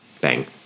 Bang